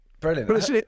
brilliant